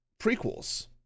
prequels